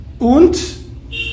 Und